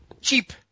cheap